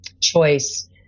choice